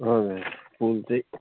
हजुर